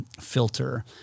filter